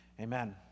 Amen